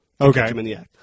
Okay